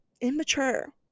immature